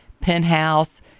Penthouse